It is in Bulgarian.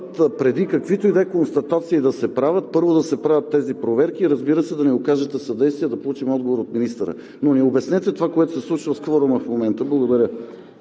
преди каквито и да е констатации да се правят, първо да се правят тези проверки, разбира се, да ни окажете съдействие да получим отговор от министъра. Но ни обяснете това, което се случва с кворума в момента. Благодаря.